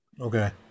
Okay